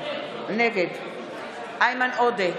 נגד איימן עודה,